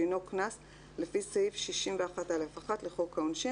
דינו קנס לפי סעיף 61(א)(1) לחוק העונשין,